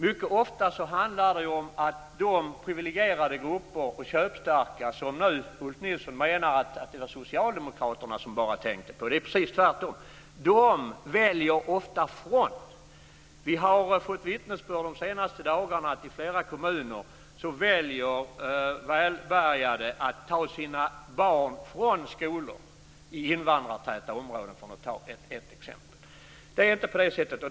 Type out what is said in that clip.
Mycket ofta handlar det om att de privilegierade och köpstarka grupper som Ulf Nilsson nu menar att socialdemokraterna bara tänker på - det är precis tvärtom - ofta väljer sig bort från en skola. Vi har de senaste dagarna fått vittnesbörd om att i flera kommuner väljer välbärgade att ta sina barn från skolor i invandrartäta områden, för att ta ett exempel.